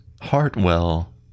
Hartwell